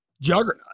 juggernaut